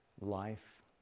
life